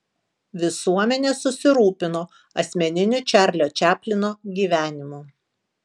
visuomenė susirūpino asmeniniu čarlio čaplino gyvenimu